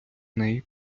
неї